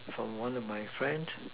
from one of my friends